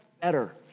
better